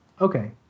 Okay